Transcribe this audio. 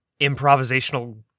improvisational